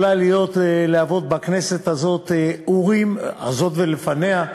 היא יכולה להיות, להוות בכנסת הזאת, הזאת ולפניה,